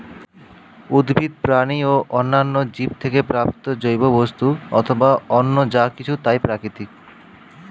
উদ্ভিদ, প্রাণী ও অন্যান্য জীব থেকে প্রাপ্ত জৈব বস্তু অথবা অন্য যা কিছু তাই প্রাকৃতিক